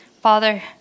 Father